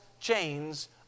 chains